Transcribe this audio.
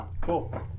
Cool